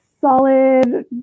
solid